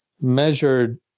measured